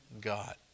God